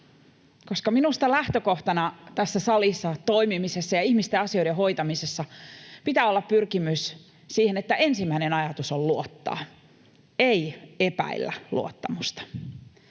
Minusta lähtökohtana tässä salissa toimimisessa ja ihmisten asioiden hoitamisessa pitää olla pyrkimys siihen, että ensimmäinen ajatus on luottaa, ei epäillä luottamusta.